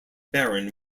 baron